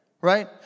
right